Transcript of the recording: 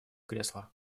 кресло